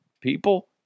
people